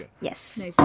Yes